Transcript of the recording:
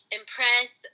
impress